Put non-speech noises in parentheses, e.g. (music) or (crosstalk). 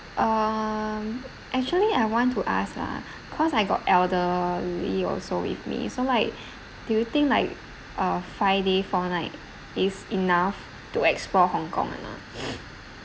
um actually I want to ask lah cause I got elderly or so with me so like do you think like uh five day four night is enough to explore Hong-Kong or not (breath)